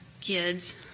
kids